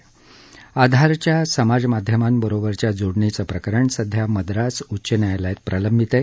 आधारच्या समाज माध्यमांबरोबरच्या जोडणीचं प्रकरण सध्या मद्रास उच्च न्यायालयात प्रलंबित आहे